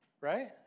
right